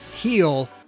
heal